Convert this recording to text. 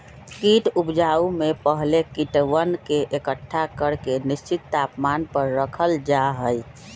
कीट उपजाऊ में पहले कीटवन के एकट्ठा करके निश्चित तापमान पर रखल जा हई